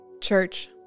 church